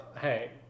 hey